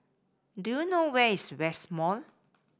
do you know where is West Mall